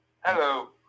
Hello